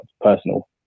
personal